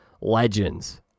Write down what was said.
legends